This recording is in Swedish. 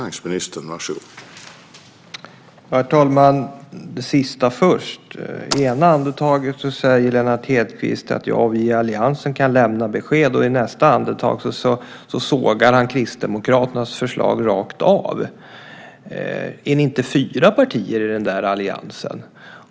Herr talman! Det sista först: I ena andetaget säger Lennart Hedquist: Vi i alliansen kan lämna besked. Och i nästa andetag sågar han Kristdemokraternas förslag rakt av. Är ni inte fyra partier i den där alliansen?